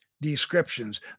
descriptions